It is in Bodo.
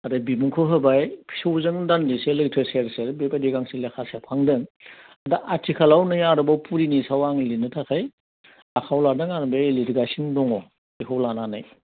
आरो बिमुंखौ होबाय फिसौजों दान्दिसे लैथो सेर सेर बेबायदि गांसे लेखा सेबखांदों दा आथिखालाव नै आरोबाव पुरिनि सायाव आं लिरनो थाखाय आखाइयाव लादों आरो बै लिरगासिनो दङ बेखौ लानानै